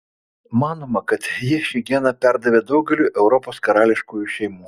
manoma kad ji šį geną perdavė daugeliui europos karališkųjų šeimų